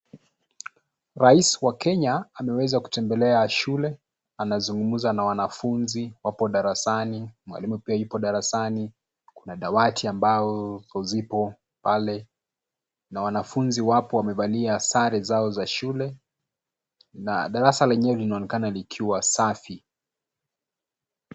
Rais wa Kenya ameweza kutembelea shule, anazungumza na wanafunzi, wapo darasani, mwalimu pia yuko darasani kuna dawati ambazo zipo pale, na wanafunzi wapo wamevalia sare zao za shule, na darasa lenyewe linaonekana likiwa safi.